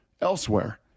elsewhere